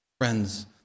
Friends